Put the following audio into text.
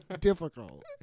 difficult